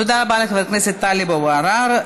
תודה רבה לחבר הכנסת טלב אבו עראר.